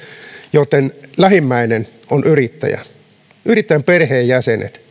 joitten lähimmäinen on yrittäjä yrittäjän perheenjäsenet